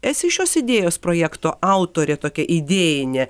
esi šios idėjos projekto autorė tokia idėjinė